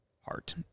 heart